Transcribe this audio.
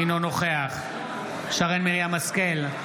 אינו נוכח שרן מרים השכל,